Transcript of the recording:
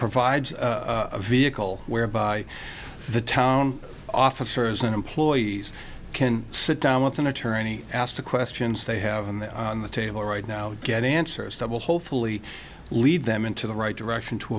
provides a vehicle whereby the town officers and employees can sit down with an attorney ask the questions they have on the table right now to get answers that will hopefully lead them into the right direction to